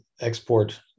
export